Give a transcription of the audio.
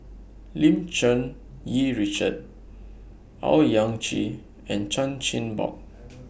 Lim Cherng Yih Richard Owyang Chi and Chan Chin Bock